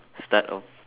start off